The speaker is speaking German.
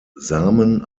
samen